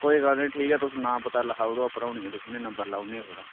कोई गल्ल नेईं ठीक ऐ तुस नां पता लिखाई ओड़ो अपना ते हूनै नम्बर लाई ओड़ने थुहाड़ा